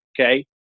Okay